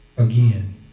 Again